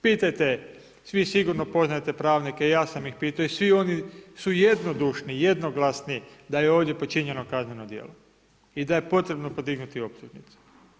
Pitajte, svi sigurno poznajete pravnike, ja sam ih pitao i svi oni su jednodušni, jednoglasni da ovdje počinjeno kazneno djelo i da je potrebno podignuti optužnicu.